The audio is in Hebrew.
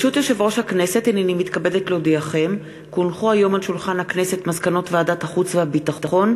תוכן העניינים מסמכים שהונחו על שולחן הכנסת 6 מזכירת הכנסת